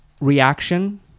reaction